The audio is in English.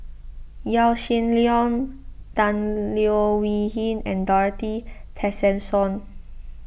Yaw Shin Leong Tan Leo Wee Hin and Dorothy Tessensohn